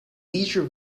leisure